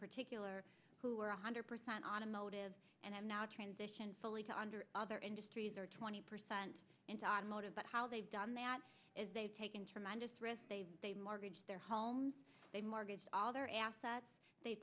particular who are one hundred percent on a motive and i'm now transition fully to under other industries are twenty percent into our motive but how they've done that is they've taken tremendous risk they mortgage their homes they mortgage all their assets they've